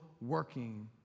working